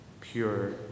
pure